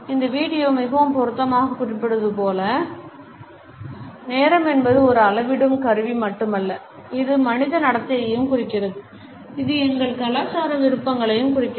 இந்த வீடியோ மிகவும் பொருத்தமாக குறிப்பிடுவது போல நேரம் என்பது ஒரு அளவிடும் கருவி மட்டுமல்ல இது மனித நடத்தையையும் குறிக்கிறது இது எங்கள் கலாச்சார விருப்பங்களையும் குறிக்கிறது